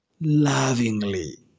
lovingly